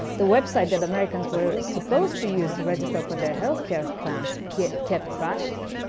the website that americans were supposed to use to register for their healthcare plans kept kept crashing.